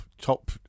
top